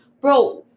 bro